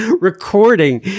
recording